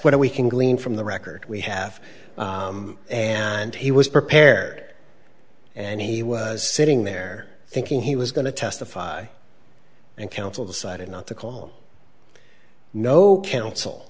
what we can glean from the record we have and he was prepared and he was sitting there thinking he was going to testify and counsel decided not to call no coun